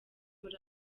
muri